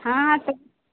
ہاں ہاں تو